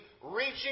reaching